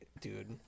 dude